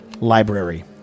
library